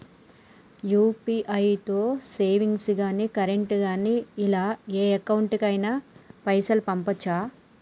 UPI తో savings గాని current గాని ఇలా ఏ అకౌంట్ కైనా పైసల్ పంపొచ్చా?